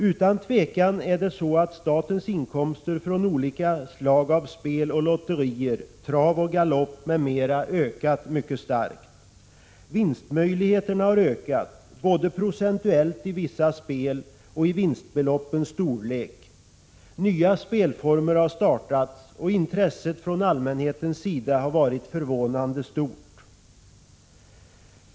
Utan tvivel har statens inkomster från olika slag av spel och lotterier, trav och galopp m.m., ökat mycket starkt, Vinstmöjligheterna har ökat, både procentuellt i vissa spel och i vinstbeloppens storlek. Nya spelformer har startats, och intresset från allmänhetens sida har varit förvånande stort.